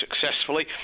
successfully